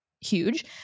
huge